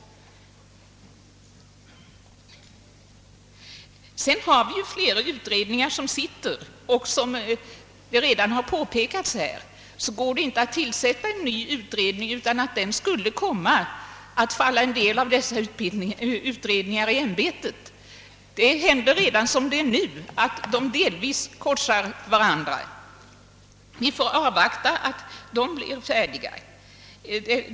Vi har också fler utredningar under arbete. Som det redan har påpekats går det inte att tillsätta en ny utredning, utan att den skulle komma att falla en del av dessa tidigare utredningar i ämbetet. Det händer redan som det nu är att de korsar varandra. Vi får avvakta tills de blir färdiga.